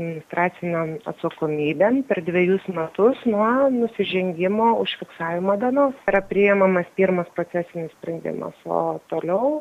administracinėn atsakomybėn per dvejus metus nuo nusižengimo užfiksavimo dienos yra priimamas pirmas procesinis sprendimas o toliau